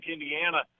Indiana